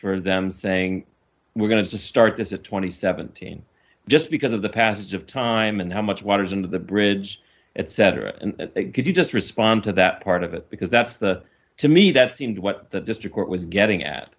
for them saying we're going to start this at two thousand and seventeen just because of the passage of time and how much water's into the bridge etc and they could you just respond to that part of it because that's the to me that seemed what the district court was getting at